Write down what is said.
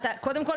קודם כל,